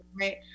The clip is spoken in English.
right